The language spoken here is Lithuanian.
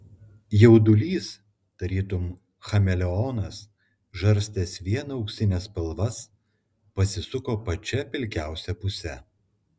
jaudulys tarytum chameleonas žarstęs vien auksines spalvas pasisuko pačia pilkiausia puse